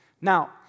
Now